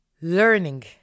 Learning